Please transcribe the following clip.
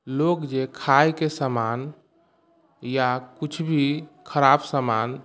लोग जे खाय के समान या किछु भी खराब समान